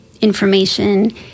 information